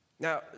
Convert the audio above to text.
Now